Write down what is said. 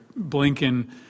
Blinken